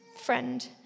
Friend